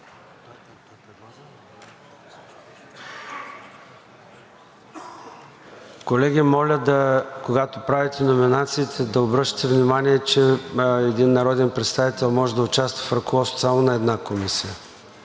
Колеги, моля, когато правите номинациите, да обръщате внимание, че един народен представител може да участва в ръководството само на една комисия.